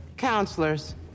Counselors